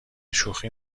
شوخی